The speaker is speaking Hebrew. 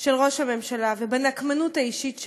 של ראש הממשלה ובנקמנות האישית שלו.